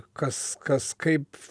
kas kas kaip